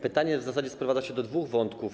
Pytanie w zasadzie sprowadza się do dwóch wątków.